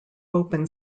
open